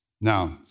Now